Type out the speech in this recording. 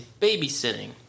babysitting